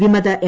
വിമത എം